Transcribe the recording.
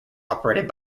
operated